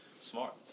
smart